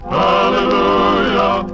hallelujah